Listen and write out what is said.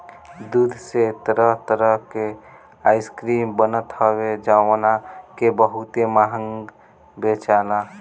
दूध से तरह तरह के आइसक्रीम बनत हवे जवना के बहुते महंग बेचाला